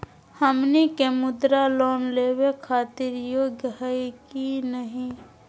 हमनी के मुद्रा लोन लेवे खातीर योग्य हई की नही?